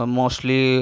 mostly